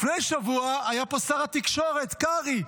לפני שבוע היה פה שר התקשורת קרעי.